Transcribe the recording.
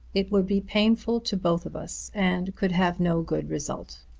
it would be painful to both of us and could have no good result.